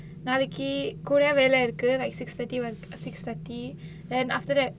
நாளைக்கி கூட வேல இருக்கு:naalaikki kooda vela irukku like six thirty wel~ six thirty then after that